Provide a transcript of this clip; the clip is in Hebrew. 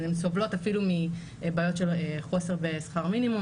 הן סובלות אפילו מבעיות של חוסר בשכר מינימום